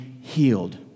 healed